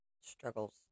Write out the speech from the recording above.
struggles